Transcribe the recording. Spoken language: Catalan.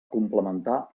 complementar